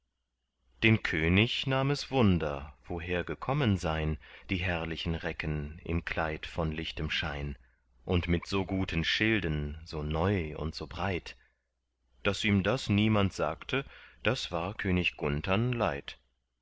den könig nahm es wunder woher gekommen sei'n die herrlichen recken im kleid von lichtem schein und mit so guten schilden so neu und so breit daß ihm das niemand sagte das war könig gunthern leid